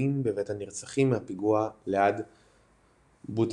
תנחומים בבית הנרצחים מהפיגוע ליד בוטבגרד.